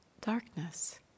darkness